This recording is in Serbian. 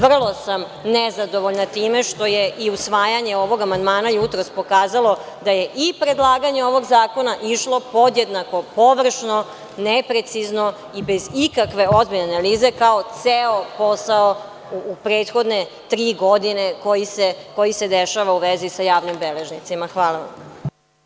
Vrlo sam nezadovoljna time što je i usvajanje ovog amandmana jutros pokazalo da je i predlaganje ovog zakona išlo podjednako površno, neprecizno i bez ikakve ozbiljne analize kao ceo posao u prethodne tri godine koji se dešava u vezi sa javnim beležnicima.